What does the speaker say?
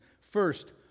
First